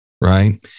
right